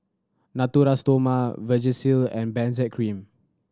Natura Stoma Vagisil and Benzac Cream